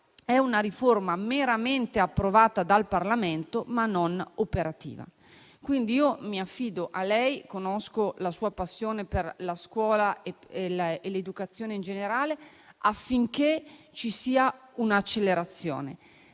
è una riforma meramente approvata dal Parlamento, ma non operativa. Quindi mi affido a lei, conoscendo la sua passione per la scuola e l'educazione in generale, affinché ci sia un'accelerazione: